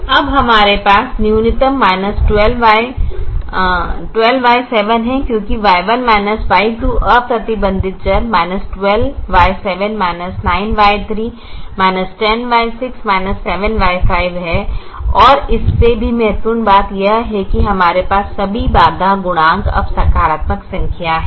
अब हमारे पास न्यूनतम 12Y7 है क्योंकि Y1 Y2 अप्रतिबंधित चर 12Y7 9Y3 10Y6 7Y5 है और इससे भी महत्वपूर्ण बात यह है कि हमारे पास सभी बाधा गुणांक अब सकारात्मक संख्याएं हैं